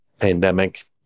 pandemic